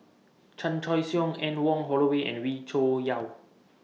Chan Choy Siong Anne Wong Holloway and Wee Cho Yaw